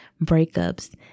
breakups